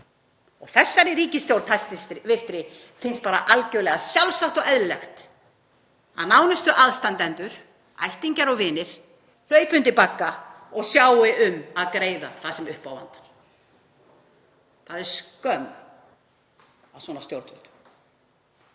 Þessari ríkisstjórn finnst bara algjörlega sjálfsagt og eðlilegt að nánustu aðstandendur, ættingjar og vinir hlaupi undir bagga og sjái um að greiða það sem upp á vantar. Það er skömm að svona stjórnvöldum.